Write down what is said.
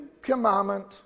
commandment